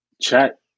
chat